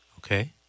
Okay